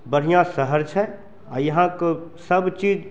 बढ़िऑं शहर छै आ यहाँके सब चीज